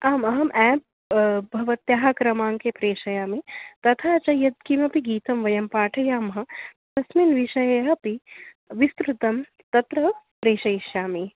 आम् अहम् एप् भवत्याः क्रमाङ्के प्रेषयामि तथा च यद् किमपि गीतं वयं पाठयामः तस्मिन् विषये अपि विस्तृतं तत्र प्रेषयिष्यामि